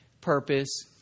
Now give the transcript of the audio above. purpose